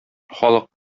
халык